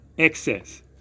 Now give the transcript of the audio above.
Excess